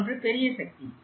மற்றொன்று பெரிய சக்தி